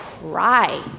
cry